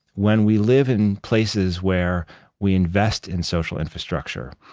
when we live in places where we invest in social infrastructure,